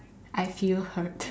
I feel hurt